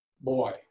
boy